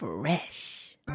Fresh